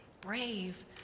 brave